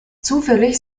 zufällig